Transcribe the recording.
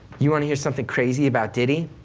you want to hear something crazy about diddy?